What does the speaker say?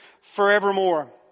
forevermore